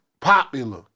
popular